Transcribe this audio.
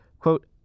Quote